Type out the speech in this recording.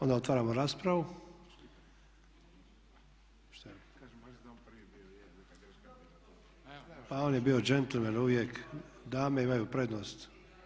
Onda otvaramo raspravu. … [[Upadica se ne čuje.]] Pa on je bio đentlmen uvijek, dame imaju prednost.